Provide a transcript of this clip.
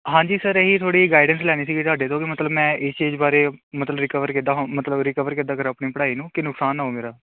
ਹਾਂਜੀ ਸਰ ਇਹੀ ਥੋੜ੍ਹੀ ਗਾਈਡੈਂਸ ਲੈਣੀ ਸੀਗੀ ਤੁਹਾਡੇ ਤੋਂ ਮਤਲਬ ਮੈਂ ਇਸ ਚੀਜ਼ ਬਾਰੇ ਮਤਲਬ ਰਿਕਵਰ ਕਿੱਦਾਂ ਮਤਲਬ ਰਿਕਵਰ ਕਿੱਦਾਂ ਕਰਾਂ ਆਪਣੀ ਪੜ੍ਹਾਈ ਨੂੰ ਕਿ ਨੁਕਸਾਨ ਨਾ ਹੋ ਮੇਰਾ